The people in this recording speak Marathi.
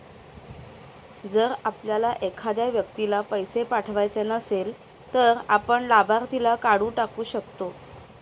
जर आपल्याला एखाद्या व्यक्तीला पैसे पाठवायचे नसेल, तर आपण लाभार्थीला काढून टाकू शकतो